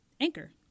Anchor